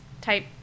type